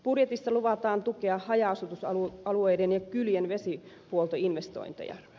budjetissa luvataan tukea haja asutusalueiden ja kylien vesihuoltoinvestointeja